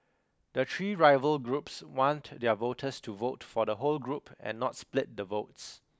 the three rival groups want their voters to vote for the whole group and not split the votes